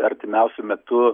artimiausiu metu